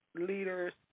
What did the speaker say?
leaders